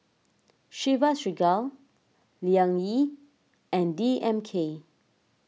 Chivas Regal Liang Yi and D M K